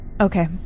okay